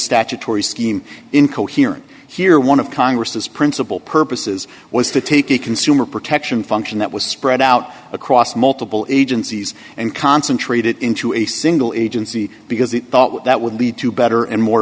statutory scheme incoherent here one of congress's principle purposes was to take the consumer protection function that was spread out across multiple agencies and concentrate it into a single agency because it thought that would lead to better and more